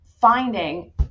finding